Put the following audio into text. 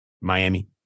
Miami